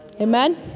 Amen